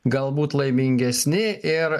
galbūt laimingesni ir